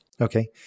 Okay